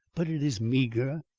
but it is meagre,